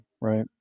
right